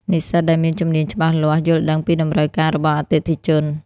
និស្សិតដែលមានជំនាញច្បាស់លាស់យល់ដឹងពីតម្រូវការរបស់អតិថិជន។